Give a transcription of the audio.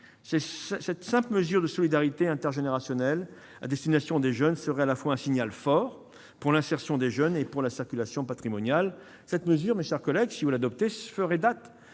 Cette simple mesure de solidarité intergénérationnelle à destination des jeunes serait, à la fois, un signal fort pour l'insertion des jeunes et pour la circulation patrimoniale. Cette mesure ferait date car elle serait en